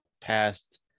past